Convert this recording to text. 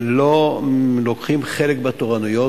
לא לוקחים חלק בתורנויות,